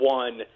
one